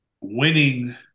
winning